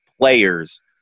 players